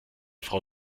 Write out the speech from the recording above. frau